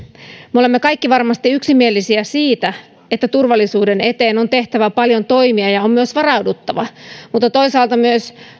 me olemme kaikki varmasti yksimielisiä siitä että turvallisuuden eteen on tehtävä paljon toimia ja on myös varauduttava mutta toisaalta myös